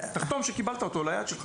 תחתום שקיבלת אותו ליד שלך".